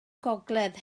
gogledd